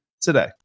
today